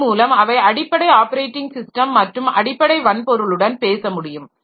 இதன் மூலம் அவை அடிப்படை ஆப்பரேட்டிங் ஸிஸ்டம் மற்றும் அடிப்படை வன்பொருளுடன் பேச முடியும்